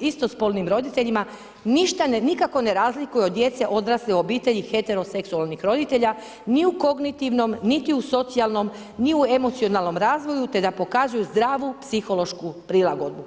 istospolnim roditeljima ništa nikako ne razlikuju od djece odrasle u obitelji heteroseksualnih roditelja ni u kognitivnom, niti u socijalnom, ni u emocionalnom razvoju te da pokazuju zdravu psihološku prilagodbu.